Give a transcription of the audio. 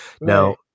Now